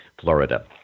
Florida